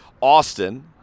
Austin